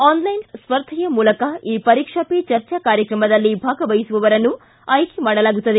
online ಸ್ಪರ್ಧೆಯ ಮೂಲಕ ಈ ಪರೀಕ್ಷಾ ಪೇ ಚರ್ಚಾ ಕಾರ್ಯಕ್ರಮದಲ್ಲಿ ಭಾಗವಹಿಸುವವರನ್ನು ಆಯ್ಕೆ ಮಾಡಲಾಗುತ್ತದೆ